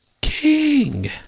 King